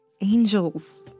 Angels